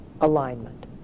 alignment